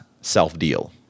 self-deal